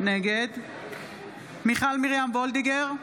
נגד מיכל מרים וולדיגר,